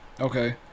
Okay